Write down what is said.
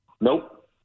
Nope